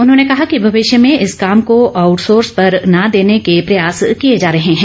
उन्होंने कहा कि भविष्य में इस काम को आउटसोर्स पर न देने के प्रयास किए जा रहे है